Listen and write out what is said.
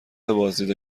بازدید